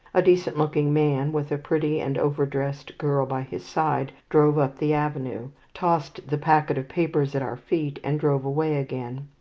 a decent-looking man, with a pretty and over-dressed girl by his side, drove up the avenue, tossed the packet of papers at our feet, and drove away again.